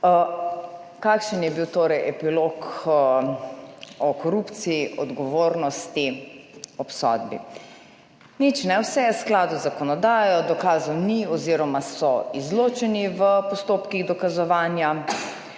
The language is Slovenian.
Kakšen je bil torej epilog o korupciji, odgovornosti, obsodbi? Nič. Vse je v skladu z zakonodajo, dokazov ni oziroma so izločeni v postopkih dokazovanja,